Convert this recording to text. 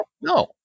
No